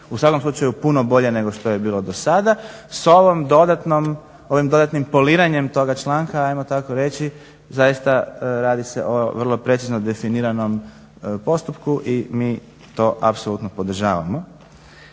U svakom slučaju puno bolje nego što je bilo dosada. S ovim dodatnim poliranjem toga članka, ajmo tako reći zaista radi se o vrlo precizno definiranom postupku i mi to apsolutno podržavamo.